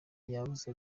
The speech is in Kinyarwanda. yabuze